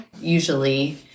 Usually